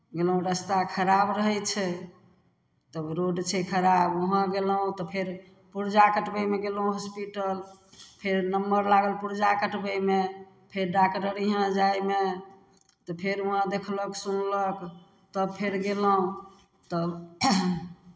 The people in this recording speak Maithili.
गयलहुँ रस्ता खराब रहै छै तब रोड छै खराब उहाँ गयलहुँ तऽ फेर पुरजा कटबैमे गयलहुँ हॉस्पिटल फेर नम्बर लागल पुरजा कटबैमे फेर डागदर हियाँ जायमे तऽ फेर उहाँ देखलक सुनलक तब फेर गेलहुँ तऽ